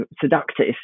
seductive